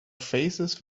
faces